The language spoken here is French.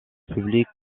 public